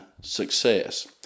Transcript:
success